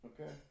Okay